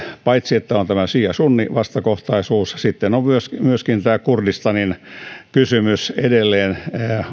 paitsi että on tämä siia sunni vastakohtaisuus on myöskin tämä kurdistanin kysymys edelleen